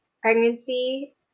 pregnancy